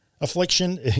affliction